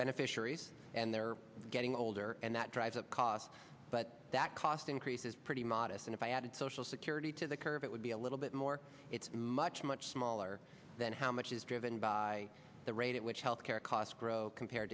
beneficiaries and they're getting older and that drives up costs but that cost increases pretty modest and if i added social security to the curve it would be a little bit more it's much much smaller than how much is driven by the rate at which health care costs grow compared